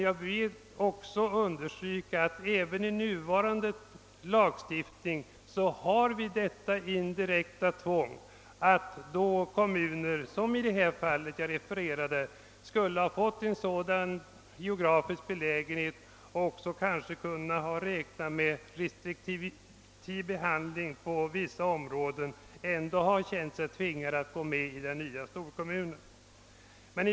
Jag vill dock understryka att även i nuvarande lagstiftning har vi ett indirekt tvång som gör att kommuner, som skulle få ett dåligt geografiskt läge om de ställde sig utanför storkommunen eller som fått räkna med en restriktiv behandling, kan känna sig tvingade att gå med i den nya storkommunen.